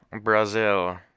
Brazil